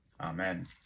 Amen